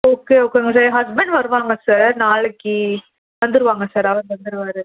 okay okay ஒரு husband வருவாங்க sir நாளைக்கு வந்துருவாங்க சார் அவர் வந்துருவார்